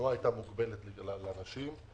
התנועה הייתה מוגבלת לאנשים,